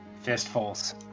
fistfuls